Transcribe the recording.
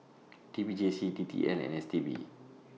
T P J C D T L and S T B